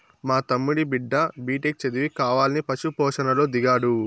మా తమ్ముడి బిడ్డ బిటెక్ చదివి కావాలని పశు పోషణలో దిగాడు